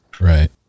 Right